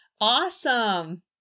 Awesome